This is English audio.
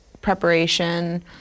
preparation